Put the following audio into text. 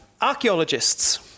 archaeologists